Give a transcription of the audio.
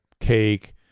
cake